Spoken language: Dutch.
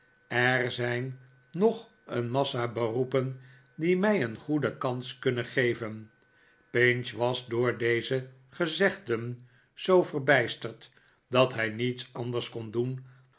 er zijn nog een massa beroepen die mij een goede kans kunnen geven pinch was door deze gezegden zoo verbijsterd dat hij niets anders kon doen